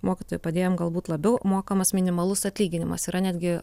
mokytojų padėjėjam galbūt labiau mokamas minimalus atlyginimas yra netgi